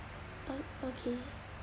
oh okay